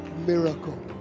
miracle